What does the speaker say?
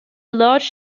large